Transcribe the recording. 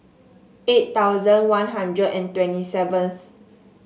eight thousand One Hundred and twenty seventh